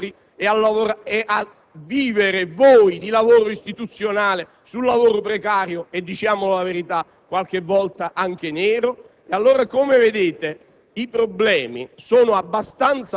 se fate le leggi sui precari degli altri e a vivere, voi, di lavoro istituzionale sul lavoro precario e, diciamo la verità, qualche volta anche nero? Come vedete,